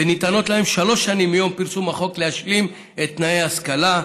וניתנות להם שלוש שנים מיום פרסום החוק להשלים את תנאי השכלה,